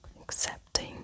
accepting